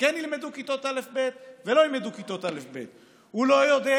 וכן ילמדו כיתות א'-ב' ולא ילמדו כיתות א'-ב'.